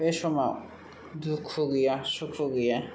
बे समाव दुखु गैया सुखु गैया